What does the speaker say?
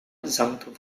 sankt